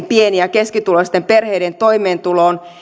pieni ja keskituloisten perheiden toimeentuloa